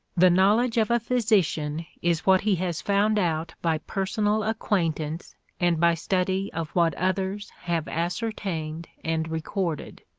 the knowledge of a physician is what he has found out by personal acquaintance and by study of what others have ascertained and recorded.